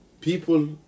people